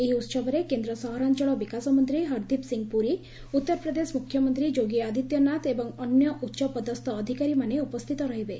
ଏହି ଉତ୍ସବରେ କେନ୍ଦ୍ର ସହରାଞ୍ଚଳ ବିକାଶ ମନ୍ତ୍ରୀ ହରଦୀପ୍ ସିଂହ ପୁରୀ ଉତ୍ତର ପ୍ରଦେଶ ମୁଖ୍ୟମନ୍ତ୍ରୀ ଯୋଗୀ ଆଦିତ୍ୟନାଥ ଏବଂ ଅନ୍ୟ ଉଚ୍ଚପଦସ୍ଥ ଅଧିକାରୀମାନେ ଉପସ୍ଥିତ ରହିବେ